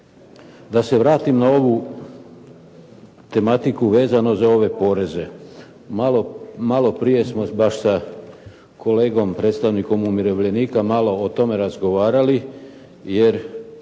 Da se vratim na ovu tematiku vezano za ove poreze. Malo prije sam sa kolegom predstavnikom umirovljenika malo o tome razgovarali, jer